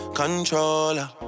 controller